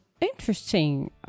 interesting